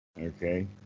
Okay